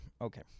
Okay